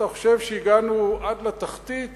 אתה חושב שהגענו עד לתחתית